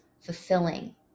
fulfilling